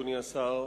אדוני השר,